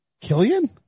Killian